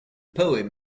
poem